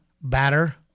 Batter